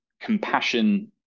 compassion